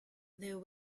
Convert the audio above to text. there